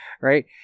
right